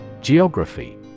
Geography